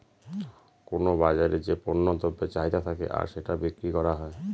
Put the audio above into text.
কোনো বাজারে যে পণ্য দ্রব্যের চাহিদা থাকে আর সেটা বিক্রি করা হয়